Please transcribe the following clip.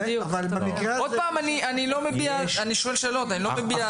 אני שואל שאלות, אני לא מביע.